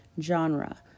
genre